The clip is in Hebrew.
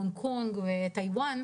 הונג קונג וטייוואן,